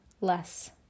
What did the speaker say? less